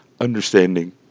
understanding